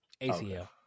ACL